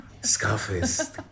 Scarface